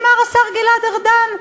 אמר השר גלעד ארדן?